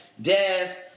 death